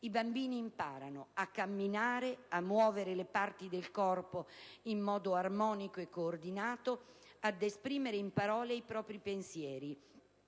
i bambini imparano a camminare, a muovere le parti del corpo in modo armonico e coordinato, ad esprimere in parole i propri pensieri.